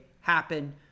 happen